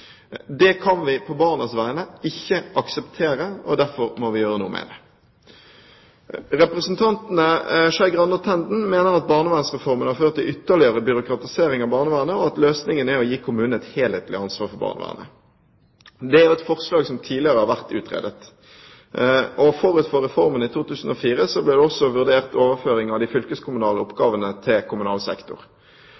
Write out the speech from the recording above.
Det kan vi på barnas vegne ikke akseptere, og derfor må vi gjøre noe med det. Representantene Skei Grande og Tenden mener at barnevernsreformen har ført til ytterligere byråkratisering av barnevernet, og at løsningen er å gi kommunen et helhetlig ansvar for barnevernet. Det er et forslag som tidligere har vært utredet. Forut for reformen i 2004 ble det også vurdert overføring av de fylkeskommunale